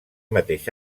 mateix